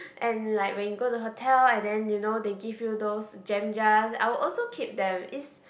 and like when you go to the hotel and then you know they give you those jam jars I also will keep them is